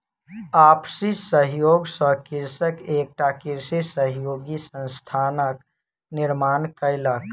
आपसी सहयोग सॅ कृषक एकटा कृषि सहयोगी संस्थानक निर्माण कयलक